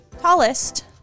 tallest